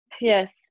yes